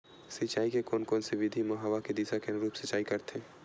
सिंचाई के कोन से विधि म हवा के दिशा के अनुरूप सिंचाई करथे?